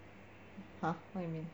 !huh! what you mean